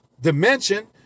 dimension